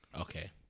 Okay